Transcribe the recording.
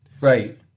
Right